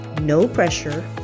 no-pressure